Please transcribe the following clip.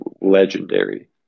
legendary